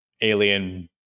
alien